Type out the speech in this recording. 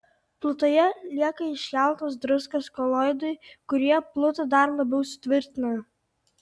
plutoje lieka iškeltos druskos koloidai kurie plutą dar labiau sutvirtina